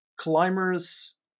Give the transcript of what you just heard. climbers